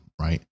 right